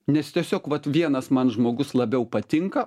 nes tiesiog vat vienas man žmogus labiau patinka